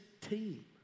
team